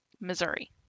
Missouri